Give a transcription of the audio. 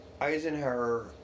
Eisenhower